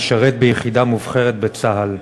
משרת ביחידה מובחרת בצה"ל.